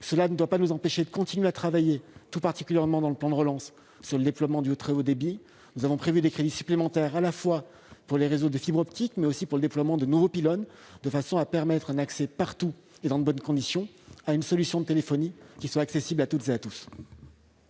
Cela ne doit pas nous empêcher de continuer à travailler, tout particulièrement dans le cadre du plan de relance, sur le déploiement du très haut débit. Nous avons prévu des crédits supplémentaires à la fois pour les réseaux de fibre optique, mais aussi pour le déploiement de nouveaux pylônes, de façon à permettre un accès en tous lieux et dans de bonnes conditions à une solution de téléphonie. La parole est à M.